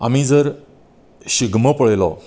आमी जर शिगमो पळयलो